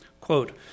Quote